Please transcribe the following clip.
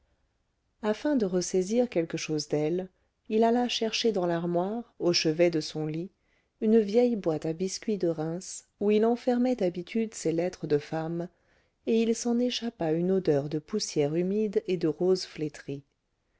afin de ressaisir quelque chose d'elle il alla chercher dans l'armoire au chevet de son lit une vieille boîte à biscuits de reims où il enfermait d'habitude ses lettres de femmes et il s'en échappa une odeur de poussière humide et de roses flétries